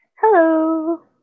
Hello